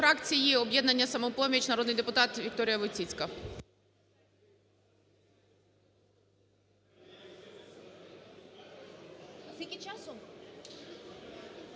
Дякую.